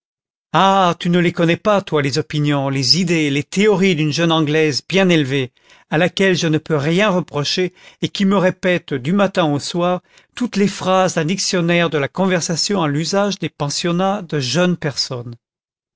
ah tu ne les connais pas toi les opinions les idées les théories d'une jeune anglaise bien élevée à laquelle je ne peux rien reprocher et qui me répète du matin au soir toutes les phrases d'un dictionnaire de la conversation à l'usage des pensionnats de jeunes personnes